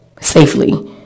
safely